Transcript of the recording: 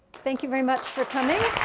thank you very much for coming.